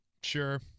sure